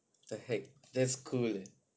the heck that's cool